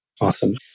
Awesome